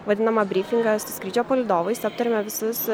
vadinamą bryfingą su skrydžio palydovais aptariame visus